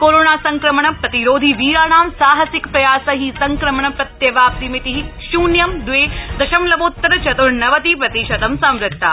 corona संक्रमण प्रतिरोधी वीराणां साहसिक प्रयासै संक्रमण प्रत्यवाप्तिमिति शुन्यं दवे दशमलवोत्तर चत्र्नवति प्रतिशतं संवृत्ता